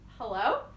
Hello